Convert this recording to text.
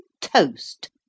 toast